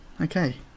Okay